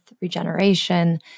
regeneration